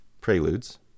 Preludes